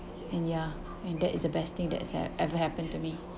and ya and that is the best thing that has e~ ever happen to me